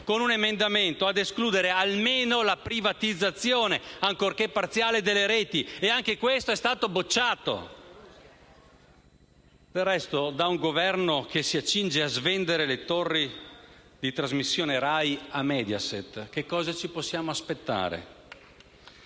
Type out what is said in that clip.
un emendamento, ad escludere almeno la privatizzazione, ancorché parziale, delle reti. E anche questo è stato bocciato. Del resto, da un Governo che si accinge a svendere le torri di trasmissione RAI a Mediaset, che cosa ci possiamo aspettare?